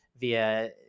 via